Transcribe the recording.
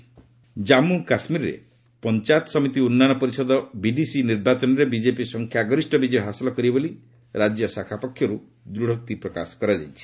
J and K BJP Jammu କାଶ୍ମୀରରେ ପଞ୍ଚାୟତ ସମିତି ଉନ୍ନୟନ ପରିଷଦ ବିଡିସି ନିର୍ବାଚନରେ ବିଜେପି ସଂଖ୍ୟା ଗରିଷ୍ଠ ବିଜୟ ହାସଲ କରିବ ବୋଲି ବିଜେପି ରାଜ୍ୟ ଶାଖା ପକ୍ଷରୁ ଦୂଢୋକ୍ତି ପ୍ରକାଶ କରାଯାଇଛି